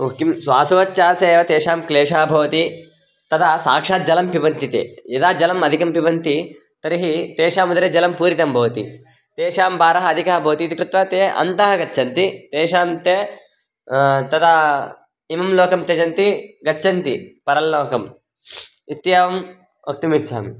ओ किं स्वासोच्छ्वासे एव तेषां क्लेशः भवति तदा साक्षात् जलं पिबन्ति ते यदा जलम् अधिकं पिबन्ति तर्हि तेषाम् उदरे जलं पूरितं भवति तेषां भारः अधिकः भवति इति कृत्वा ते अन्तः गच्छन्ति तेषां ते तदा किं लोकं त्यजन्ति गच्छन्ति परलोकम् इत्येवं वक्तुम् इच्छामि